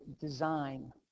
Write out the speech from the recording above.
design